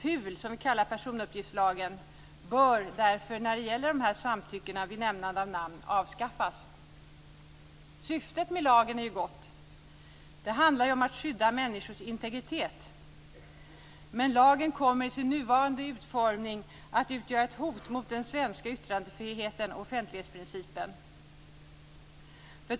PUL, som vi kallar personuppgiftslagen, bör därför när det gäller dessa samtyckanden vi nämnande av namn avskaffas. Syftet med lagen är gott. Det handlar om att skydda människors integritet. Men lagen kommer i sin nuvarande utformning att utgöra ett hot mot den svenska yttrandefriheten och offentlighetsprincipen.